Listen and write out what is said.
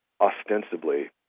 ostensibly